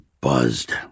buzzed